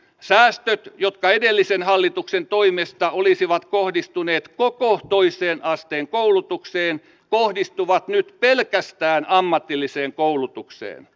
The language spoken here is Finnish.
säästöt jotka edellisen hallituksen toimesta olisivat kohdistuneet koko toisen asteen koulutukseen kohdistuvat nyt pelkästään ammatilliseen koulutukseen